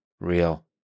real